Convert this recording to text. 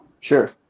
Sure